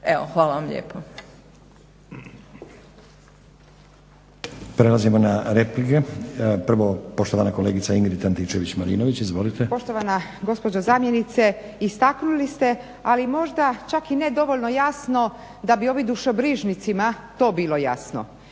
Evo hvala vam lijepo.